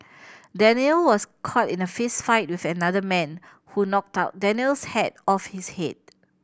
Daniel was caught in a fistfight with another man who knocked Daniel's hat off his head